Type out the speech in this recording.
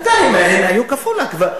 ראו כפול בעיניים.